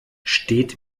steht